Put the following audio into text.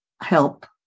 help